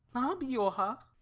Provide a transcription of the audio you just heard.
i'll be your half.